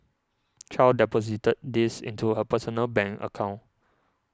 Chow deposited these into her personal bank account